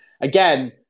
Again